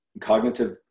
cognitive